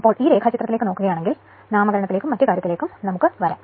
അതിനാൽ ഈ രേഖാചിത്രത്തിലേക്ക് നോക്കുകയാണെങ്കിൽ നാമകരണത്തിലേക്കും മറ്റ് കാര്യത്തിലേക്കും വരും